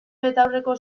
betaurreko